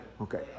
Okay